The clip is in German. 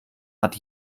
hat